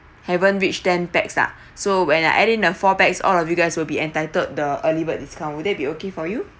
haven't reached ten pax lah so when I add in a four pax all of you guys will be entitled the early bird discount will that be okay for you